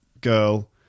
girl